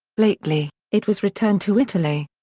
lately, it was returned to italy.